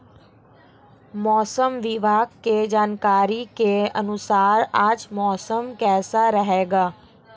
मौसम विभाग की जानकारी के अनुसार आज मौसम कैसा रहेगा?